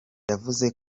yavuze